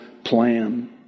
plan